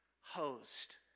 host